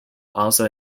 also